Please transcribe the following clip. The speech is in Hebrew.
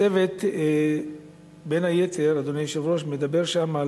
הצוות, בין היתר, מדבר שם על